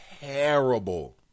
terrible